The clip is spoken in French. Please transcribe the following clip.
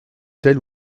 telle